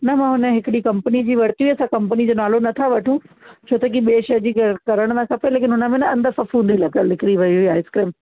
न मां हुन हिक ॾींहं कंपनी जी वरिती हुई असां कंपनी जो नालो न था वठूं छो त की ॿिए शइ जी कर करण न खपे लेकिन हुनमें न अंदरि फ़फ़ूंदी लॻल निकिरी वयी हुई आइसक्रीम